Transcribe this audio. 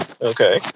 Okay